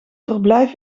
verblijf